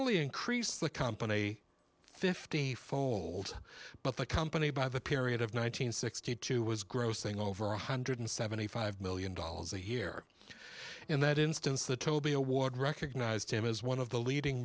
only increased the company fifty four old but the company by the period of one nine hundred sixty two was grossing over one hundred seventy five million dollars a year in that instance the toby award recognized him as one of the leading